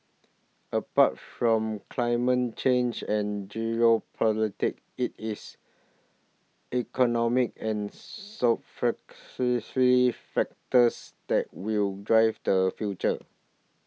apart from climate change and geopolitics it is economic and factors that will drive the future